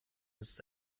nützt